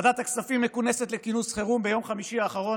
ועדת הכספים מכונסת לכינוס חירום ביום חמישי האחרון,